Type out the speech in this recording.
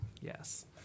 yes